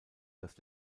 das